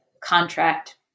contract